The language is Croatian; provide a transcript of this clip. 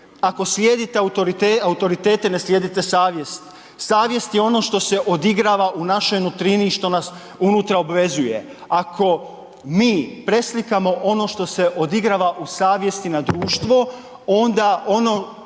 Ako slijedite autoritete, ne slijedite savjest. Savjest je ono što se odigrava u našoj nutrini i što nas unutra obvezuje. Ako mi preslikamo ono što se odigrava u savjesti na društvo, onda ono,